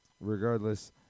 Regardless